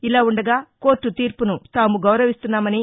ఇలా ఉండగా కోర్టు తీర్పును తాము గౌరవిస్తున్నామని